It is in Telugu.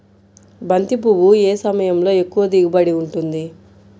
బంతి పువ్వు ఏ సమయంలో ఎక్కువ దిగుబడి ఉంటుంది?